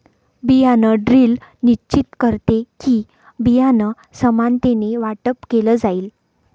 बियाण ड्रिल निश्चित करते कि, बियाणं समानतेने वाटप केलं जाईल